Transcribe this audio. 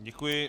Děkuji.